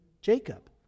Jacob